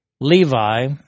Levi